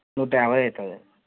నూట యాభై అవుతుంది